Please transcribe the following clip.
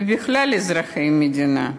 ובכלל אזרחי המדינה,